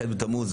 ח' בתמוז,